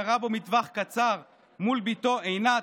ירה בו מטווח קצר מול בתו עינת,